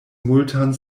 multan